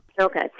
Okay